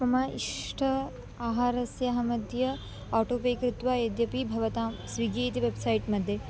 मम इष्ट आहारस्य अहमद्य आटो पे कृत्वा यद्यपि भवतां स्विग्गि इति वेब्सैट् मध्ये